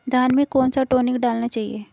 धान में कौन सा टॉनिक डालना चाहिए?